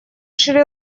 шри